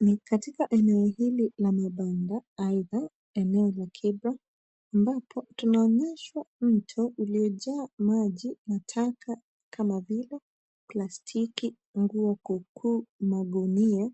Ni katika eneo hili la mabanda ,aidha eneo la kibra, ambapo tunaonyeshwa mto uliojaa maji na taka kama vile plastiki, nguo kuu kuu ,magunia